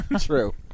True